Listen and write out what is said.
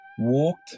walked